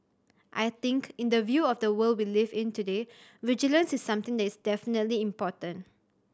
I think in the view of the world we live in today vigilance is something that is definitely important